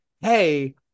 hey